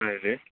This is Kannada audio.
ಹಾಂ ಹೇಳಿ